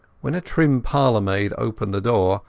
when a trim parlour-maid opened the door,